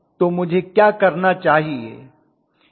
तो मुझे क्या करना चाहिए